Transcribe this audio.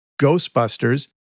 Ghostbusters